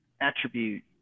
attribute